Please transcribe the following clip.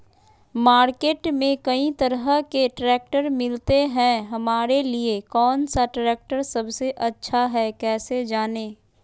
Market में कई तरह के ट्रैक्टर मिलते हैं हमारे लिए कौन सा ट्रैक्टर सबसे अच्छा है कैसे जाने?